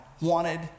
wanted